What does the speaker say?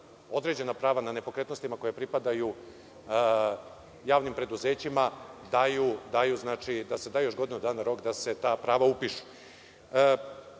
određena prava na nepokretnostima koja pripadaju javnim preduzećima da još godinu dana rok da se ta prava